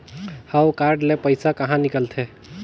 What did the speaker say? हव कारड ले पइसा कहा निकलथे?